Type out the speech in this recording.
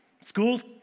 Schools